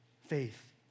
faith